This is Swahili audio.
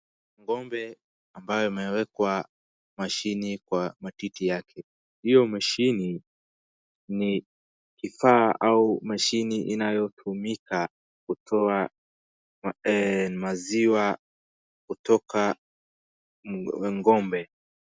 Ng'ombe ambaye imewekwa mashine kwa matiti yake. Hiyo mashine ni kifaa au mashine inayotumika kutoa maziwa kutoka ng'ombe.